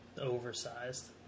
oversized